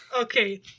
okay